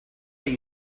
that